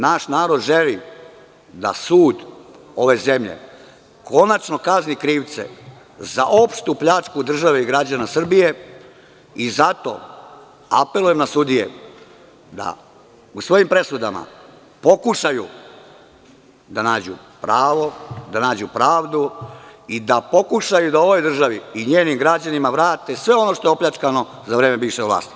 Naš narod želi da sud ove zemlje konačno kazni krivce za opštu pljačku države i građana Srbije i zato apelujem na sudije da u svojim presudama pokušaju da nađu pravo, da nađu pravdu i da pokušaju da ovoj državi i njenim građanima vrate sve ono što je opljačkano za vreme bivše vlasti.